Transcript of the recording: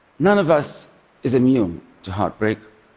none of us is immune to heartbreak.